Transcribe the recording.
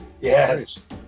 Yes